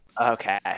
Okay